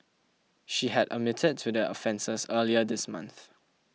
she had admitted to the offences earlier this month